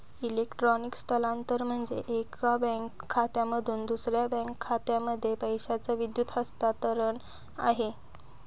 electronic स्थलांतरण म्हणजे, एका बँक खात्यामधून दुसऱ्या बँक खात्यामध्ये पैशाचं विद्युत हस्तांतरण आहे